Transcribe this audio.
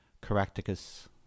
caractacus